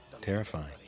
terrifying